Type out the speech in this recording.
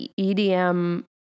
EDM